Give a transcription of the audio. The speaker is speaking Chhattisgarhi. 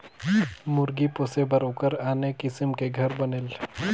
मुरगी पोसे बर ओखर आने किसम के घर बनेल